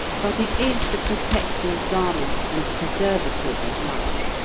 but it is the protecting garment and preservative of life,